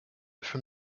from